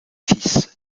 fils